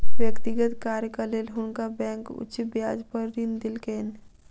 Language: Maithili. व्यक्तिगत कार्यक लेल हुनका बैंक उच्च ब्याज पर ऋण देलकैन